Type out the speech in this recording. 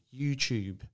YouTube